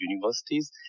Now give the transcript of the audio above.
universities